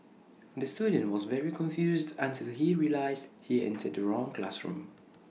the student was very confused until he realised he entered the wrong classroom